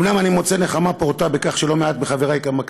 אומנם אני מוצא נחמה פורתא בכך שלא מעט מחברי כאן,